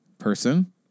Person